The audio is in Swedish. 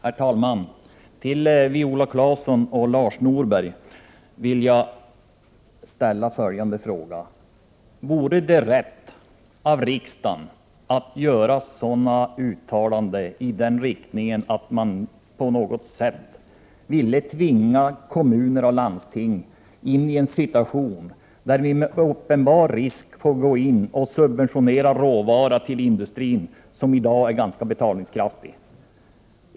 Herr talman! Till Viola Claesson och Lars Norberg vill jag ställa följande fråga: Vore det rätt av riksdagen att göra uttalanden som kan leda till att kommuner och landsting tvingas in i en situation där de löper en uppenbar risk att få subventionera råvaror till industrin, som i dag är ganska betalningskraftig?